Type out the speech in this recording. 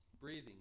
breathing